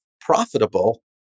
profitable